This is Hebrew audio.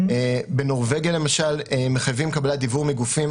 בנורבגיה למשל מחייבים קבלת דיוור מגופים